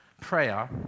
prayer